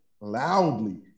loudly